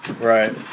Right